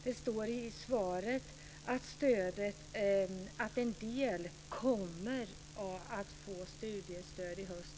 Det står i svaret att samtliga 30 000 kommer att få studiestöd i höst.